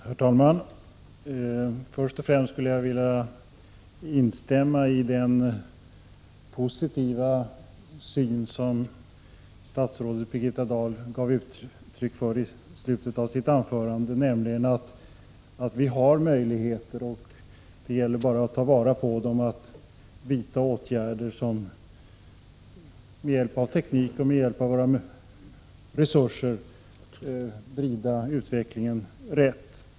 Herr talman! Först och främst skulle jag vilja instämma i den positiva syn som statsrådet Birgitta Dahl gav uttryck för i slutet av sitt anförande, nämligen att vi har möjligheter att bemästra problemen. Det gäller bara att ta vara på dem och med hjälp av teknik och övriga resurser vrida utvecklingen rätt.